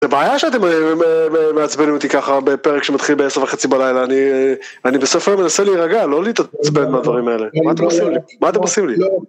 זה בעיה שאתם מ...מ...מעצבנים אותי ככה בפרק שמתחיל בעשר וחצי בלילה אני... אני בסוף היום מנסה להירגע, לא להתעצבן מהדברים האלה. מה אתם עושים לי, מה אתם עושים לי?